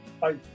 Bye